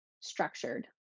structured